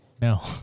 No